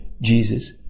Jesus